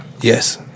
Yes